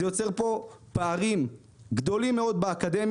זה יוצר פה פערים גדולים מאוד באקדמיה.